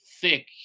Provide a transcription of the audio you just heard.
thick